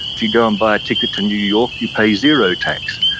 if you go and buy a ticket to new york you pay zero tax.